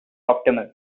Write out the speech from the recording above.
optimal